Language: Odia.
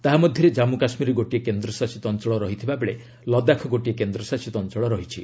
ତାହାମଧ୍ୟରେ ଜାମ୍ମୁ କାଶ୍ମୀର ଗୋଟିଏ କେନ୍ଦ୍ରଶାସିତ ଅଞ୍ଚଳ ରହିଥିବାବେଳେ ଲଦାଖ ଗୋଟିଏ କେନ୍ଦ୍ରଶାସିତ ଅଞ୍ଚଳ ରହିଛି